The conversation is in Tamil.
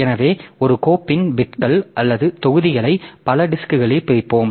எனவே ஒரு கோப்பின் பிட்கள் அல்லது தொகுதிகளை பல டிஸ்க்களில் பிரிப்போம்